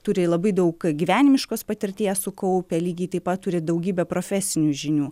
turi labai daug gyvenimiškos patirties sukaupę lygiai taip pat turi daugybę profesinių žinių